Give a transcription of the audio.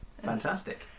Fantastic